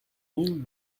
mille